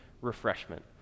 refreshment